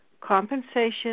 compensation